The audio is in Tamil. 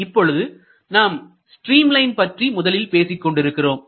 இப்பொழுது நாம் ஸ்ட்ரீம் லைன் பற்றி முதலில் பேசிக்கொண்டிருக்கிறோம்